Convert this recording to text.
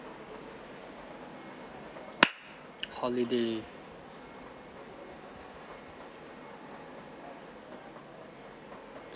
holiday